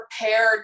prepared